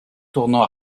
tournant